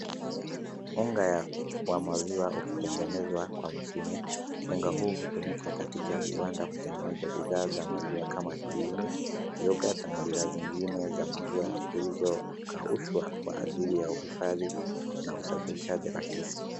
Unga ya wa maziwa ukitengenezwa kwa mashine. Unga huu hutumika katika viwanda kutengeneza bidhaa za maziwa kama jibini, yogurt na bidhaa zingine za maziwa zilizokaushwa kwa ajili ya uhifadhi na usafirishaji rahisi.